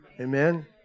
amen